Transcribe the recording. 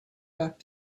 back